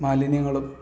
മാലിന്യങ്ങളും